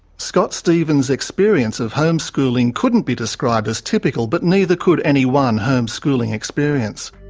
scott stephens' experience of homeschooling couldn't be described as typical, but neither could any one homeschooling experience.